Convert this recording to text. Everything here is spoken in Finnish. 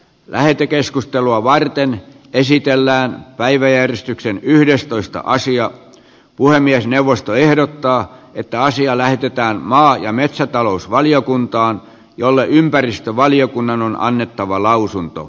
lähetekeskustelua varten esitellään päiväjärjestyksen yhdestoista asia puhemiesneuvosto ehdottaa että asia lähetetään maa ja metsätalousvaliokuntaan jolle ympäristövaliokunnan on alennettava lausunto